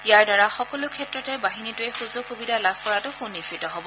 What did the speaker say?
ইয়াৰ দ্বাৰা সকলো ক্ষেত্ৰতে বাহিনীটোৱে সুযোগ সুবিধা লাভ কৰাটো সুনিশ্চিত হব